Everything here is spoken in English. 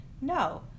No